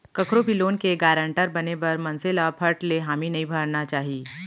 कखरो भी लोन के गारंटर बने बर मनसे ल फट ले हामी नइ भरना चाही